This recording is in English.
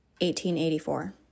1884